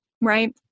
right